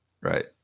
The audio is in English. Right